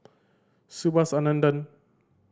Subhas Anandan